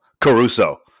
caruso